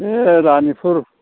बे रानिफुर